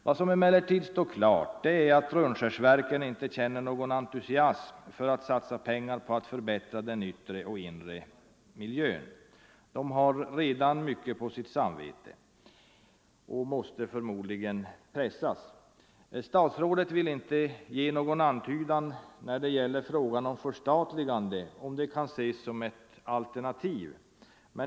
Vad som står klart är att Rönnskärsverken inte känner någon entusiasm för att satsa pengar på att förbättra den inre och yttre miljön. Företaget har redan mycket på sitt samvete och måste förmodligen pressas. Statsrådet vill inte ge någon antydan när det gäller frågan huruvida ett förstatligande kan ses som ett alternativ.